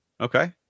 Okay